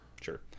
Sure